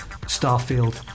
Starfield